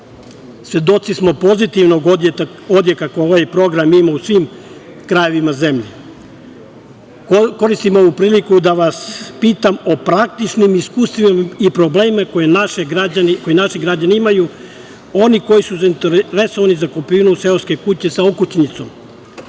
Svedoci smo pozitivnog odjeka kako ovaj program ima u svim krajevima zemlje. Koristim ovu priliku da vas pitam o praktičnom iskustvima i problemima koje naši građani imaju, oni koji su zainteresovani za kupovinu seoske kuće sa okućnicom.